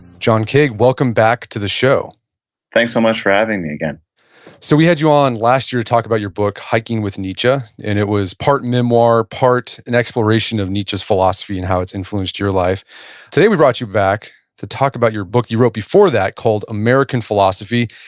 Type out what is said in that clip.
john kaag, welcome back to the show thanks so much for having me again so we had you on last year to talk about your book hiking with nietzsche, and it was part memoir, part an exploration of nietzsche's philosophy and how it's influenced your life today. today, we brought you back to talk about your book you wrote before that called american philosophy.